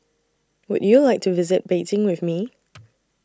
Would YOU like to visit Beijing with Me